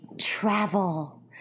travel